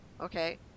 Okay